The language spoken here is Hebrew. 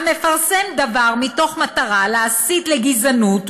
"המפרסם דבר מתוך מטרה להסית לגזענות,